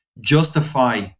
justify